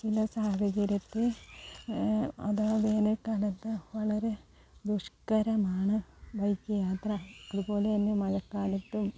ചില സാഹചര്യത്തെ അതായത് വേനൽക്കാലത്ത് വളരെ ദുഷ്കരമാണ് ബൈക്ക് യാത്ര അതുപോലെ തന്നെ മഴക്കാലത്തും